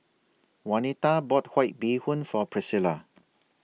Jaunita bought White Bee Hoon For Pricilla